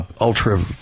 ultra